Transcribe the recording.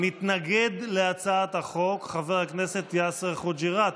מתנגד להצעת החוק חבר הכנסת יאסר חוג'יראת.